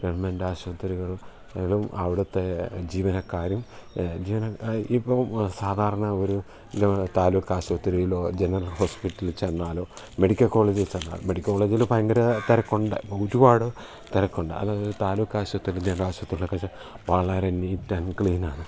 government ആശുപത്രികളും അവിടുത്തെ ജീവനക്കാരും ജീവനക്കാർ ഇപ്പം സാധാരണ ഒരു താലൂക്ക് ആശുപത്രിയിലോ ജനറൽ ഹോസ്പിറ്റലിൽ ചെന്നാലോ മെഡിക്കൽ കോളേജിൽ ചെന്നാലോ മെഡിക്കൽ കോളേജിൽ ഭയങ്കര തിരക്കുണ്ട് ഒരു ഒരുപാട് തിരക്കുണ്ട് അതായത് താലൂക്ക് ആശുപത്രി ജനറൽ ആശുപത്രിയിലൊക്കെ വളരെ നീറ്റ് ആൻഡ് ക്ലീൻ ആണ്